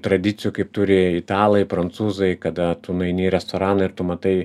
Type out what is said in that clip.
tradicijų kaip turi italai prancūzai kada tu nueini į restoraną ir tu matai